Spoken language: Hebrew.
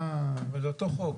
אבל זה אותו חוק.